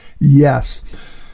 Yes